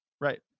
Right